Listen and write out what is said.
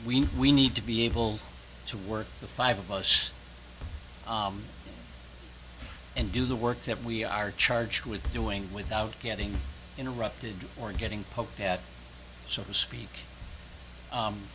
need we need to be able to work the five of us and do the work that we are charged with doing without getting interrupted or getting that so to speak